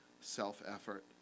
self-effort